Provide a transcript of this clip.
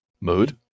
Mood